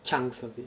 chunks of it